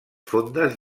fondes